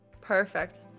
perfect